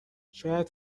شاید